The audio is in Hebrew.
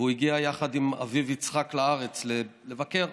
והוא הגיע יחד עם אביו יצחק לארץ לבקר.